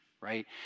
right